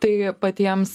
tai patiems